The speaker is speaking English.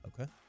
Okay